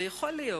ויכול להיות